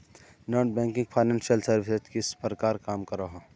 Non banking financial services किस प्रकार काम करोहो?